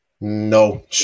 No